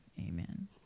Amen